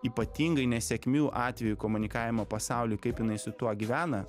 ypatingai nesėkmių atveju komunikavimo pasauliui kaip jinai su tuo gyvena